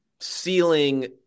ceiling